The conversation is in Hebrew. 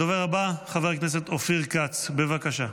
הדובר הבא, חבר הכנסת אופיר כץ, בבקשה.